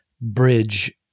bridge